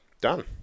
Done